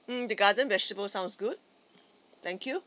mm the garden vegetable sounds good thank you